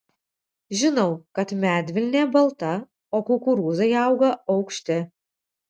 žinau kad medvilnė balta o kukurūzai auga aukšti